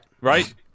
Right